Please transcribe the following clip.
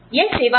यह सेवा है